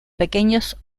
pequeños